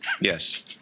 Yes